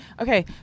Okay